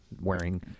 wearing